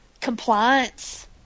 Compliance